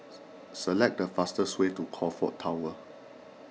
select the fastest way to Crockfords Tower